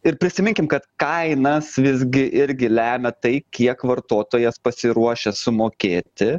ir prisiminkim kad kainas visgi irgi lemia tai kiek vartotojas pasiruošęs sumokėti